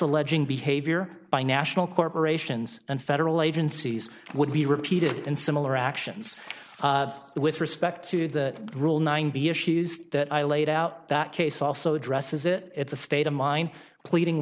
alleging behavior by national corporations and federal agencies would be repeated in similar actions with respect to the rule nine b issues that i laid out that case also addresses it it's a state of mind pleading